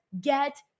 get